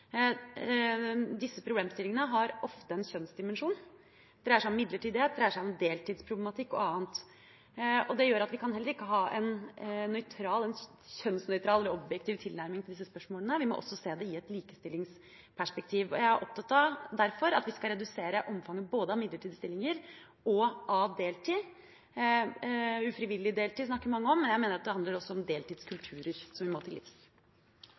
Disse problemstillingene har ofte en kjønnsdimensjon. Det dreier seg om midlertidighet, det dreier seg om deltidsproblematikk og annet. Det gjør at vi heller ikke kan ha en kjønnsnøytral, objektiv tilnærming til disse spørsmålene; vi må også se dem i et likestillingsperspektiv. Jeg er derfor opptatt av at vi skal redusere omfanget både av midlertidige stillinger og av deltid. Man snakker om ufrivillig deltid, jeg mener at det også handler om deltidskulturer som vi må til livs.